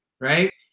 right